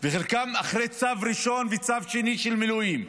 וחלקם אחרי צו ראשון וצו שני של מילואים,